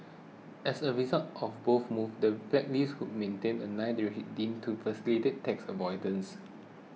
as a result of both moves the blacklist would maintain a nine deemed to facilitate tax avoidance